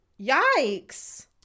yikes